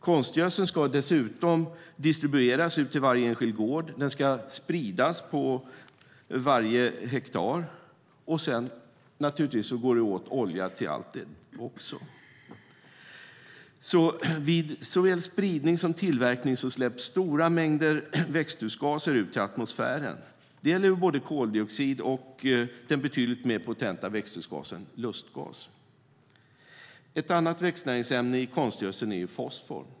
Konstgödseln ska dessutom distribueras till varje enskild gård och spridas på varje hektar. Till det går det som bekant också åt olja. Vid såväl spridning som tillverkning släpps stora mängder växthusgaser ut i atmosfären. Det gäller både koldioxid och den betydligt mer potenta växthusgasen lustgas. Ett annat växtnäringsämne i konstgödseln är fosfor.